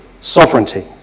sovereignty